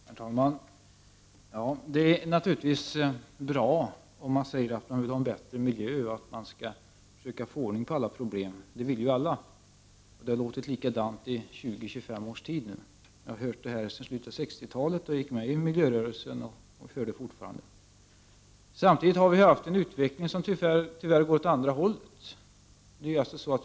Herr talman! Det är naturligtvis bra om man säger att man vill ha en bättre miljö och att man skall försöka få ordning på alla problem; det vill ju alla. Det har nu låtit likadant i 20-25 års tid. Jag har hört dessa uttalanden sedan slutet av 60-talet då jag gick med i miljörörelsen, och jag hör dem fortfarande. Samtidigt har vi haft en utveckling som tyvärr går åt det andra hållet.